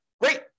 Great